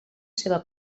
seva